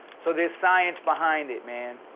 so there's science behind it man.